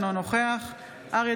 אינו נוכח אריה